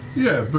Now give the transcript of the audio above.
yeah, but,